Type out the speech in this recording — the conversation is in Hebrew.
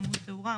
עמוד תאורה,